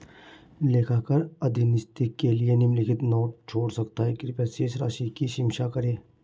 लेखाकार अधीनस्थ के लिए निम्नलिखित नोट छोड़ सकता है कृपया शेष राशि की समीक्षा करें